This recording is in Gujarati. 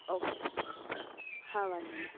ઓકે હા વાંધો નહીં